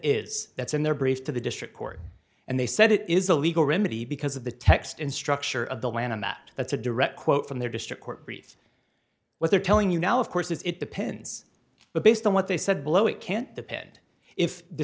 is that's in their brief to the district court and they said it is a legal remedy because of the text in structure of the land and that that's a direct quote from their district court briefs what they're telling you now of course is it depends but based on what they said below it can't depend if